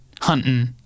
hunting